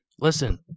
Listen